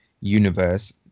universe